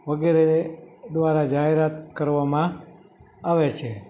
વગેરે દ્વારા જાહેરાત કરવામાં આવે છે